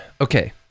okay